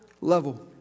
level